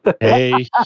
Hey